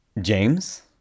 James